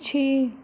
ਛੇ